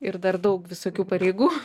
ir dar daug visokių pareigų